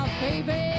baby